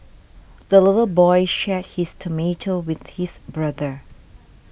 the little boy shared his tomato with his brother